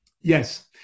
Yes